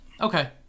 Okay